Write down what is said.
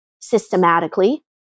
systematically